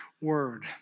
word